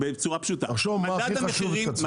תחשוב מה הכי חשוב ותקצר.